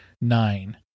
nine